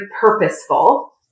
purposeful